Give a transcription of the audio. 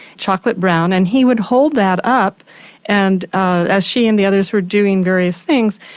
chocolate brown, and he would hold that up and as she and the others were doing various things,